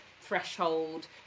Threshold